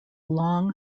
long